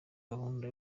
gahunda